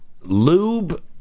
lube